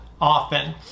often